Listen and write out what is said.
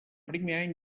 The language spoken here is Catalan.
primer